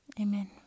Amen